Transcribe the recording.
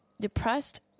depressed